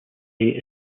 day